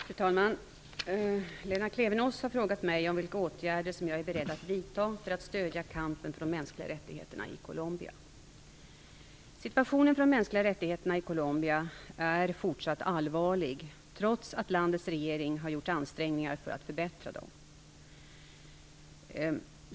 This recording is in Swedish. Fru talman! Lena Klevenås har frågat mig om vilka åtgärder som jag är beredd att vidta för att stödja kampen för de mänskliga rättigheterna i Colombia. Situationen för de mänskliga rättigheterna i Colombia är fortsatt allvarlig, trots att landets regering har gjort ansträngningar för att förbättra den.